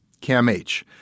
CAMH